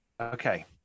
Okay